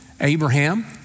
Abraham